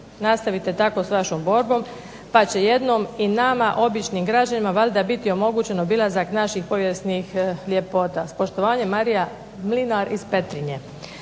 Nastavite tako s vašom borbom pa će jednom i nama običnim građanima valjda biti omogućen obilazak naših povijesnih ljepota. S poštovanjem Marija Mlinar iz Petrinje.